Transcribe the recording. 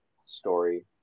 story